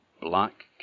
black